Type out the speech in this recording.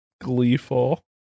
gleeful